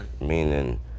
Meaning